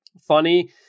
funny